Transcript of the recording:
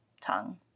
tongue